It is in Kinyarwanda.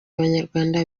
abanyarwanda